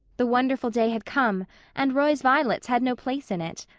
the wonderful day had come and roy's violets had no place in it.